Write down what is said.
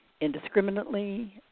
indiscriminately